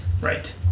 Right